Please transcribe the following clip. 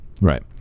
right